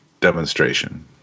demonstration